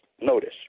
notice